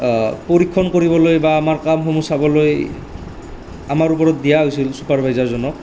পৰীক্ষণ কৰিবলৈ বা আমাৰ কামসমূহ চাবলৈ আমাৰ ওপৰত দিয়া হৈছিল ছুপাৰভাইজাৰজনক